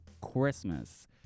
Christmas